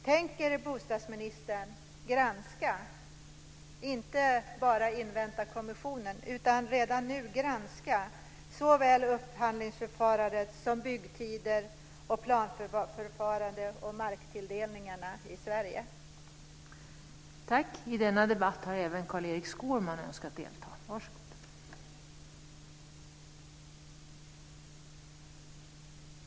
Tänker bostadsministern redan nu granska såväl upphandlingsförfarande som byggtider, planförfarande och marktilldelningar i Sverige och inte bara invänta kommissionen?